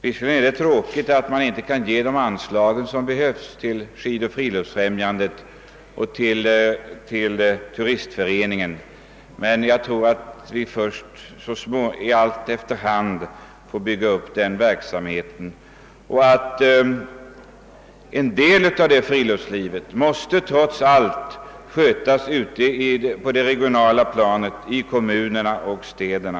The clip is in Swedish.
Visserligen är det tråkigt att inte kunna ge de anslag som behövs till Skidoch friluftsfrämjandet och till Svenska turistföreningen. En del av verksamhe ten på friluftslivets område måste trots allt skötas ute på det regionala planet, ute i kommunerna och städerna.